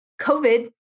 covid